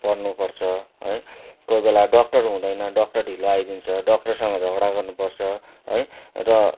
पर्नु पर्छ है कोही बेला डक्टर हुँदैन डक्टर ढिलो आइदिन्छ डक्टरसँग झगडा गर्नु पर्छ है र